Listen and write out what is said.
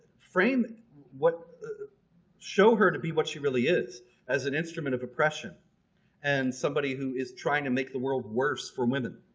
framing what show her to be what she really is as an instrument of oppression and somebody who is trying to make the world worse for women